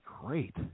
great